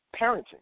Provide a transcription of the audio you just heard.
parenting